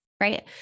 Right